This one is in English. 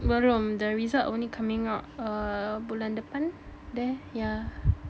belum the result only coming out err bulan depan there yeah